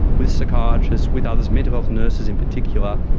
with psychiatrists, with others, mental health nurses in particular,